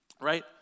Right